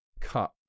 cut